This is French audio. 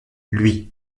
lui